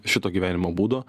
šito gyvenimo būdo